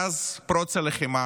מאז פרוץ הלחימה